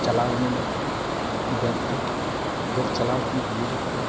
ᱪᱟᱞᱟᱣ ᱮᱱᱟᱧ ᱵᱮᱝᱠ ᱛᱮ ᱵᱮᱝᱠ ᱪᱟᱞᱟᱣ ᱠᱟᱛᱮᱫ ᱤᱧ ᱠᱩᱞᱤ ᱠᱮᱫ ᱠᱚᱣᱟ